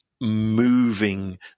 moving